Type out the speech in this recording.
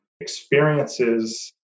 experiences